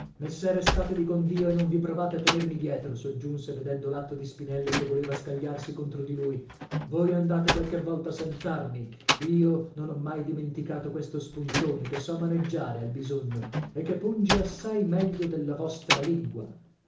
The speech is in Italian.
messere statevi con dio e non vi provate a tenermi dietro soggiunse vedendo l'atto di spinello che voleva scagliarsi contro di lui voi andate qualche volta senz'armi io non ho mai dimenticato questo spuntone che so maneggiare al bisogno e che punge assai meglio della vostra lingua